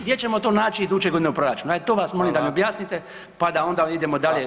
Gdje ćemo to naći iduće godine u proračunu, ajde to vas molim da [[Upadica: Hvala.]] mi objasnite pa da onda idemo dalje